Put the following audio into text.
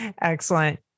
Excellent